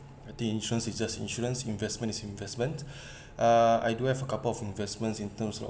the insurance is just insurance investment is investment uh I do have a couple of investments in terms of